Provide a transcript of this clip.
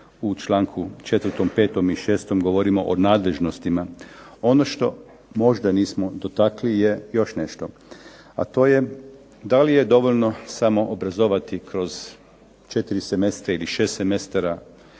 U članku 4., 5. i 6. govorimo o nadležnostima. Ono što možda nismo dotakli je još nešto, a to je da li je dovoljno samo obrazovati kroz 4 semestra ili 6 semestara